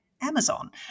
Amazon